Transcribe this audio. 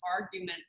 argument